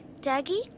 Dougie